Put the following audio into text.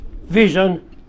vision